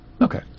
Okay